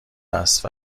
است